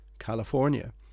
California